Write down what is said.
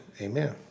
amen